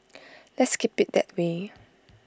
let's keep IT that way